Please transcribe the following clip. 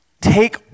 take